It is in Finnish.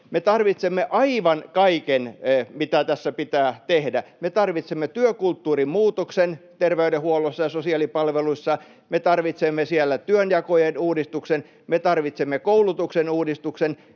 Me tarvitsemme aivan kaiken, mitä tässä pitää tehdä. Me tarvitsemme työkulttuurin muutoksen terveydenhuollossa ja sosiaalipalveluissa. Me tarvitsemme siellä työnjakojen uudistuksen. Me tarvitsemme koulutuksen uudistuksen.